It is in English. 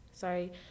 sorry